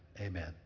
Amen